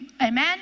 Amen